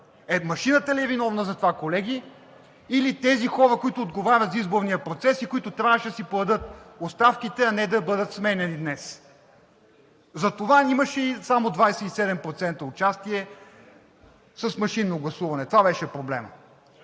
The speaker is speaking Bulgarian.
машината ли е виновна за това, колеги, или тези хора, които отговарят за изборния процес и които трябваше да си подадат оставките, а не да бъдат сменяни днес? Затова и имаше само 27% участие с машинно гласуване, това беше проблемът,